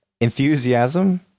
enthusiasm